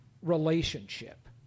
relationship